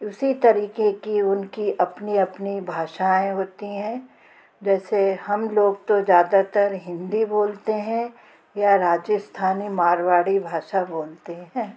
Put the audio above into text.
उसी तरीके की उनकी अपनी अपनी भाषाऍं होती हैं जैसे हम लोग तो ज़्यादातर हिन्दी बोलते हैं या राजस्थानी मारवाड़ी भाषा बोलते हैं